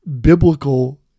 biblical